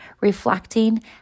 Reflecting